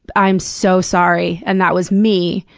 i'm so sorry. and that was me,